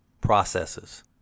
processes